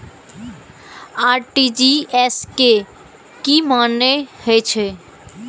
RTGS के की मानें हे छे?